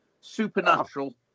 Supernatural